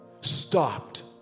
stopped